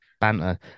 Banter